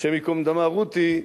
השם ייקום דמה, רותי,